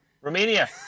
Romania